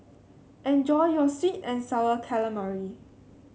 enjoy your sweet and sour calamari